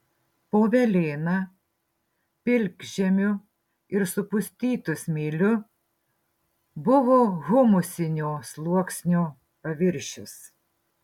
po velėna pilkžemiu ir supustytu smėliu buvo humusinio sluoksnio paviršius